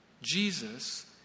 Jesus